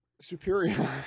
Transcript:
Superior